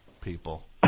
people